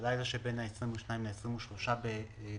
בלילה שבין ה-22 ל-23 בדצמבר,